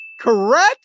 correct